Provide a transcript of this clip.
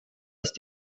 ist